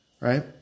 Right